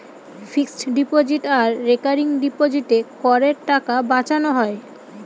fixed deposit আর recurring ডিপোজিটে করের টাকা বাঁচানো হয়